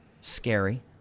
Scary